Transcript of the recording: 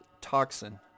Toxin